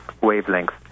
wavelength